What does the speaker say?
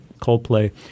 Coldplay